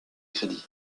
crédit